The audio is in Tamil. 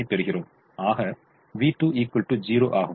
ஆக v2 ௦ ஆகும்